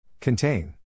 Contain